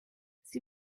sie